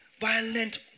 violent